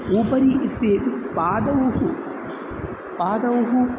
उपरि इस्तेत् पादौ पादौ